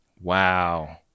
Wow